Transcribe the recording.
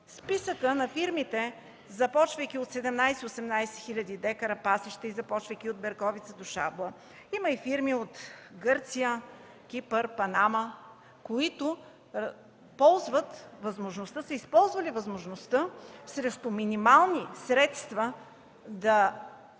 Списъкът на фирмите, започвайки от 17-18 хиляди декара пасища и започвайки от Берковица до Шабла, има и фирми от Гърция, Кипър, Панама, които са използвали възможността срещу минимални средства да обработват